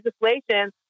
legislation